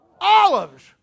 Olives